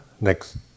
next